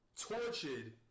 tortured